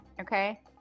Okay